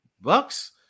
bucks